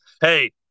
hey